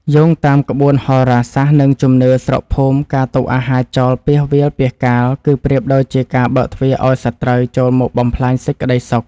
យោងតាមក្បួនហោរាសាស្ត្រ និងជំនឿស្រុកភូមិការទុកអាហារចោលពាសវាលពាសកាល គឺប្រៀបដូចជាការបើកទ្វារឱ្យសត្រូវចូលមកបំផ្លាញសេចក្តីសុខ។